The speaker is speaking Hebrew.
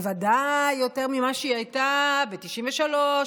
בוודאי יותר ממה שהיא הייתה ב-1993,